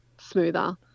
smoother